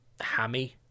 hammy